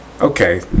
okay